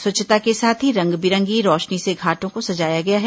स्वच्छता के साथ ही रंग बिरंगी रौशनी से घाटों को सजाया गया है